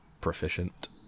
proficient